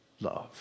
love